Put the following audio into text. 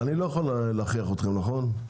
אני לא יכול להכריח אתכם, נכון?